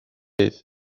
beth